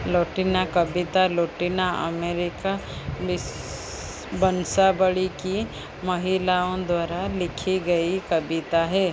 Latina कविता Latin America बंसावली की महिलाओं द्वारा लिखी गई कविता है